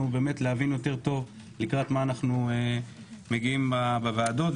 להבין יותר טוב לקראת מה אנחנו מגיעים בוועדות.